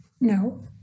no